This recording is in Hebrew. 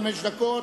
חמש דקות,